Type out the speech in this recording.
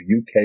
UK